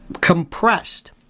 compressed